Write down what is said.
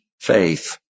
faith